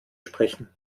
sprechen